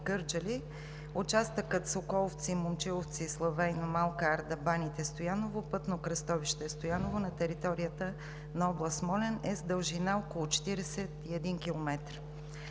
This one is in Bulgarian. Участъкът Соколовци – Момчиловци – Славейново – Малка Арда – Баните – Стояново – пътно кръстовище Стояново. На територията на област Смолян е с дължина около 41 км.